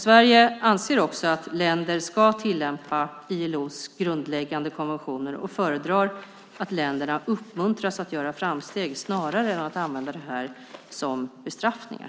Sverige anser också att länder ska tillämpa ILO:s grundläggande konventioner och föredrar att länderna uppmuntras att göra framsteg snarare än att använda detta som bestraffningar.